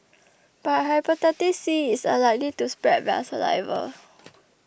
but Hepatitis C is unlikely to spread via saliva